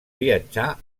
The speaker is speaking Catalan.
viatjà